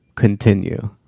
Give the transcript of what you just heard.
Continue